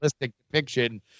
depiction